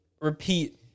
repeat